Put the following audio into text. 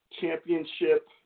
championship